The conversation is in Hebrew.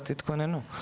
אז תתכוננו.